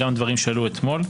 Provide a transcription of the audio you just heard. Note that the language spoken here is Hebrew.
גם דברים שעלו אתמול,